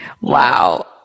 Wow